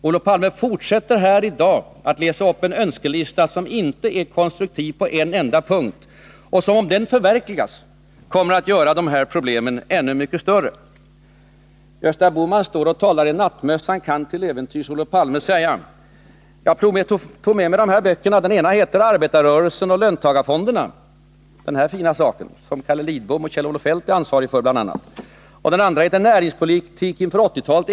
Olof Palme fortsätter här i dag att läsa upp en önskelista som inte är konstruktiv på en enda punkt. Om den önskelistan skulle förverkligas skulle problemen bli ännu mycket större. Gösta Bohman står och talar i nattmössan, kan Olof Palme till äventyrs säga. Jag tog med mig två böcker. Den ena heter Arbetarrörelsen och löntagarfonderna — den som bl.a. Carl Lidbom och Kjell-Olof Feldt är ansvariga för. Den andra heter Näringspolitiken inför 80-talet.